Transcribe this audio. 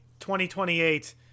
2028